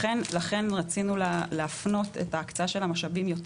לכן רצינו להפנות את ההקצאה של המשאבים יותר